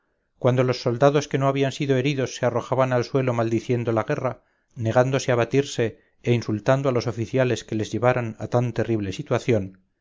cuando los soldados que no habían sido heridos se arrojaban al suelo maldiciendo la guerra negándose a batirse e insultando a los oficiales que les llevaran a tan terrible situación